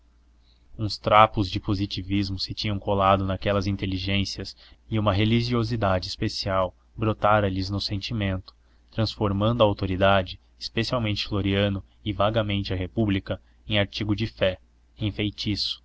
uns trapos de positivismo se tinham colado naquelas inteligências e uma religiosidade especial brotara lhes no sentimento transformando a autoridade especialmente floriano e vagamente a república em artigo e fé